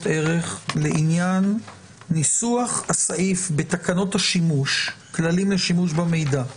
ערך לעניין ניסוח הסעיף בתקנות השימוש כללים לשימוש במידע.